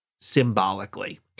symbolically